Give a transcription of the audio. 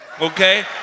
Okay